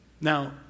Now